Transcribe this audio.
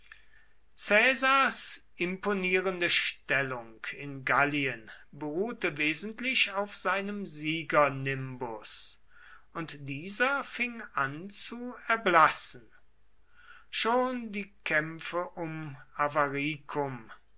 caesars imponierende stellung in gallien beruhte wesentlich auf seinem siegernimbus und dieser fing an zu erblassen schon die kämpfe um